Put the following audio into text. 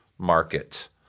market